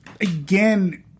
again